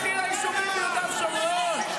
לכי ליישובים ביהודה ושומרון,